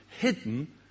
hidden